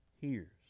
hears